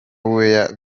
weya